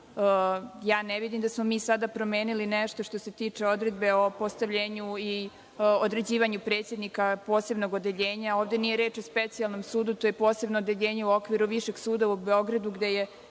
ja ne vidim da smo mi sada promenili nešto što se tiče odredbe o postavljenju i određivanju predsednika posebnog odeljenja. Ovde nije reč o specijalnom sudu, to je posebno odeljenje u okviru Višeg suda u Beogradu, gde je